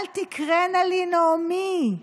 "אל תקראנה לי נעמי,